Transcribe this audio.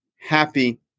happy